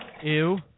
Ew